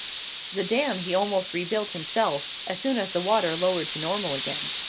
the dam he almost rebuilt himself, as soon as the water lowered to normal again.